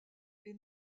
est